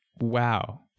wow